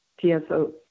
TSO